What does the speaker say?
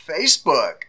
Facebook